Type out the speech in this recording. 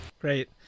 great